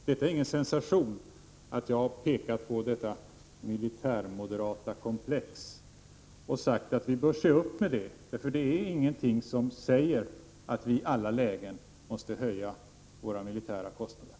Det är ingen sensation att jag har pekat på detta militärmoderata komplex och hävdat att vi bör se upp med det, för ingenting säger att vi i alla lägen måste höja våra militära kostnader.